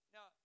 Now